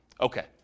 Okay